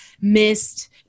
missed